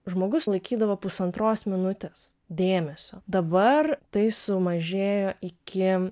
žmogus laikydavo pusantros minutės dėmesio dabar tai sumažėjo iki